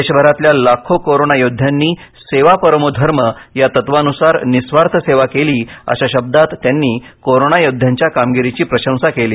देशभरातल्या लाखो कोरोनायोध्यांनी सेवा परमो धर्मो या तत्वानुसार निस्वार्थ सेवा केली अशा शब्दांत त्यांनी कोरोनायोद्ध्यांच्या कामगिरीची प्रशंसा केली